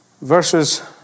Verses